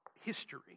history